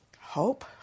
Hope